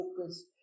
focus